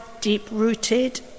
deep-rooted